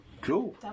Cool